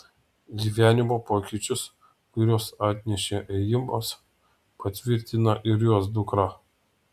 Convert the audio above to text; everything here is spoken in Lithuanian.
gyvenimo pokyčius kuriuos atnešė ėjimas patvirtina ir jos dukra